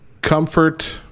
Comfort